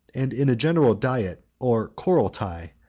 and in a general diet or couroultai,